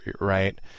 Right